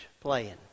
playing